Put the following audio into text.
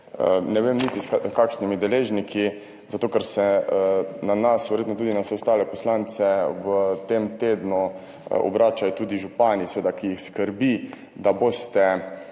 Ne vem niti s kakšnimi deležniki, zato ker se na nas, verjetno tudi na vse ostale poslance, v tem tednu obračajo župani, ki jih seveda skrbi, da boste